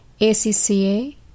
ACCA